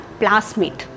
plasmid